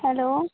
hello